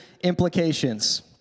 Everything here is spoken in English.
implications